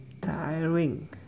tiring